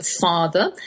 father